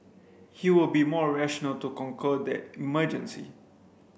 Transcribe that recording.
he will be more rational to conquer that emergency